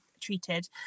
treated